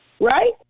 right